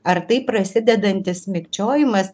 ar tai prasidedantis mikčiojimas